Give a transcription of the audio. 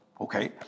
Okay